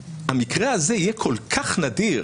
המקרה הזה יהיה כל כך נדיר,